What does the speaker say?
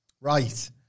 Right